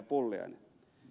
pulliainen